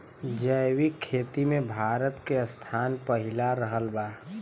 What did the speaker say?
जैविक खेती मे भारत के स्थान पहिला रहल बा